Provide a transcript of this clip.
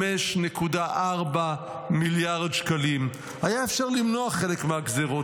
5.4 מיליארד שקלים, היה אפשר למנוע חלק מהגזרות.